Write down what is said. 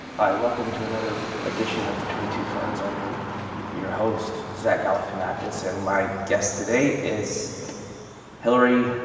hi, welcome to another edition of between two ferns. i'm your your host zach galifianakis, and my guest today is hillary.